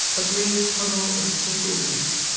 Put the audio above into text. a gray tunnel of singleness,